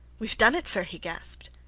we have done it, sir, he gasped.